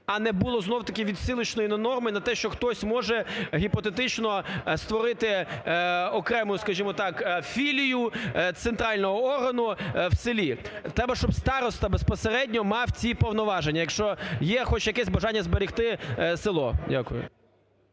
а не було знову-таки відсилочної норми на те, що хтось може гіпотетично створити окрему, скажімо так, філію центрального органу в селі. Треба, щоб староста безпосередньо мав ці повноваження, якщо є хоч якесь бажання зберегти село. Дякую.